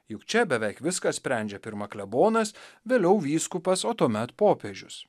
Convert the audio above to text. juk čia beveik viską sprendžia pirma klebonas vėliau vyskupas o tuomet popiežius